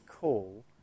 call